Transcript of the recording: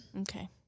Okay